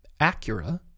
Acura